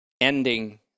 ending